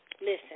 listen